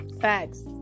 Facts